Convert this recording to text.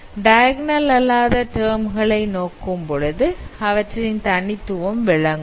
diagonal அல்லாத term கலை நோக்கும்பொழுது அவற்றின் தனித்துவம் விளங்கும்